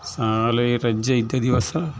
ಶಾಲೆ ರಜೆ ಇದ್ದ ದಿವಸ